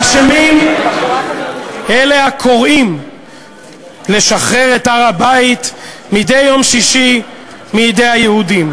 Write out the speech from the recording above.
האשמים: אלה הקוראים לשחרר את הר-הבית מדי יום שישי מידי היהודים,